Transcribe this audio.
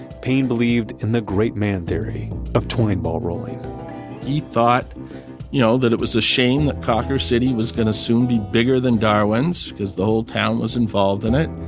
payne believed in the great man theory of twine ball rolling he thought you know that it was a shame that cawker city was going to soon be bigger than darwin's, because the whole town was involved in it.